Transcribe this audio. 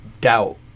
doubt